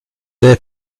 they